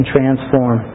Transform